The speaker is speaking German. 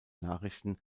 nachrichten